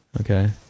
Okay